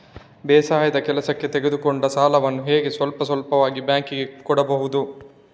ಬೇಸಾಯದ ಕೆಲಸಕ್ಕೆ ತೆಗೆದುಕೊಂಡ ಸಾಲವನ್ನು ಹೇಗೆ ಸ್ವಲ್ಪ ಸ್ವಲ್ಪವಾಗಿ ಬ್ಯಾಂಕ್ ಗೆ ಕೊಡಬಹುದು?